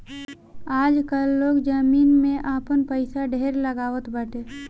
आजकाल लोग जमीन में आपन पईसा ढेर लगावत बाटे